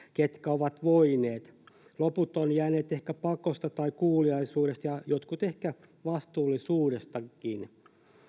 jotka ovat voineet ja loput ovat jääneet ehkä pakosta tai kuuliaisuudesta ja jotkut ehkä vastuullisuudestakin